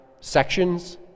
sections